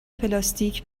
پلاستیک